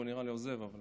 נראה לי שהוא עוזב,